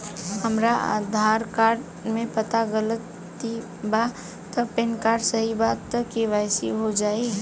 हमरा आधार कार्ड मे पता गलती बा त पैन कार्ड सही बा त के.वाइ.सी हो जायी?